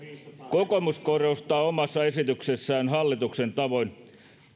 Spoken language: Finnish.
kokoomus korostaa omassa esityksessään hallituksen tavoin